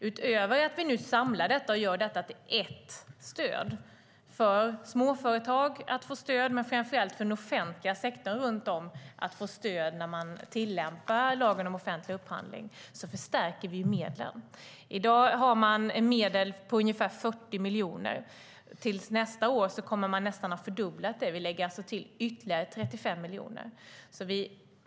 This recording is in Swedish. Utöver att vi nu samlar detta - och gör det till ett enda stöd för småföretag men framför allt för den offentliga sektorn runt om, för att få stöd vid tillämpning av lagen om offentlig upphandling - förstärker vi medlen. I dag har man medel på ungefär 40 miljoner. Till nästa år kommer medlen nästan att fördubblas - vi lägger till ytterligare 35 miljoner.